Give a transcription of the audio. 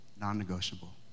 non-negotiable